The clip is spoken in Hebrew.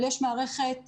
אבל יש מערכת מסודרת,